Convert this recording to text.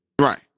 Right